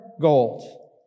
gold